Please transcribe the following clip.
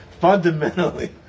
fundamentally